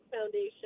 Foundation